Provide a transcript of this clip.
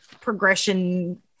progression